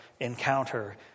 encounter